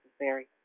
necessary